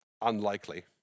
Unlikely